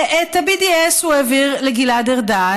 את ה-BDS הוא העביר לגלעד ארדן,